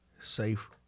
Safe